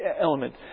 element